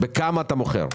בכמה אתה מוכר?